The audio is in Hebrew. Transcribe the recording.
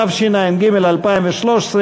התשע"ג 2013,